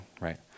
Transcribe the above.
right